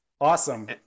Awesome